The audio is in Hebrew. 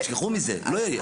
תשכחו מזה, לא יהיה.